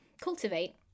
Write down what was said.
cultivate